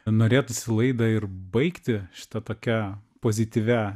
norėtųsi laidą ir baigti šita tokia pozityvia